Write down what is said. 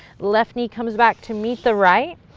left knee comes back to meet the right.